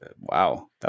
Wow